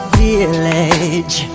village